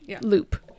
loop